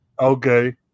Okay